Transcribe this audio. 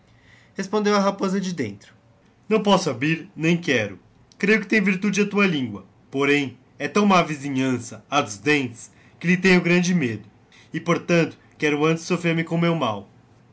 respondeo a rapoza de dentro não posso abrir nem quero creio que tem virtude a tua lingua poréin he tão má visinhança a dos dentes que lhe tenho grande medo e por tanto quero antes soffrer me com meu